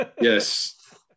Yes